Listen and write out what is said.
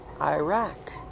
Iraq